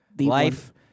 Life